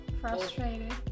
Frustrated